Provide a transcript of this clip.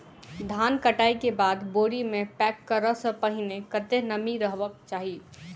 धान कटाई केँ बाद बोरी मे पैक करऽ सँ पहिने कत्ते नमी रहक चाहि?